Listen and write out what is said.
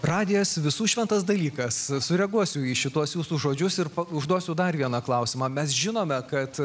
radijas visų šventas dalykas sureaguosiu į šituos jūsų žodžius ir užduosiu dar vieną klausimą mes žinome kad